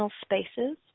spaces